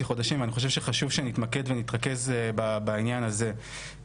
חודשי ם ואני חושב שחשוב מאוד שנתרכז ונמקד בעניין הזה.